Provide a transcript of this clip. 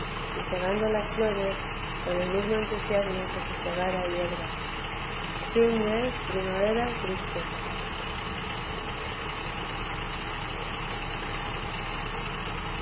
y segando las flores con el mismo entusiasmo que si segara hierba